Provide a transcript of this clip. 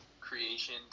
creation